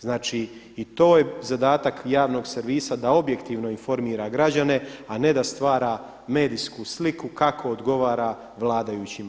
Znači i to je zadatak javnog servisa da objektivno informira građane a ne da stvara medijsku sliku kako odgovara vladajućima.